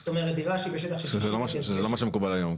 זאת אומרת עירייה שבשטח של --- שזה לא מה שמקובל היום,